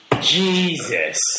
Jesus